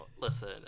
listen